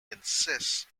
insists